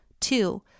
Two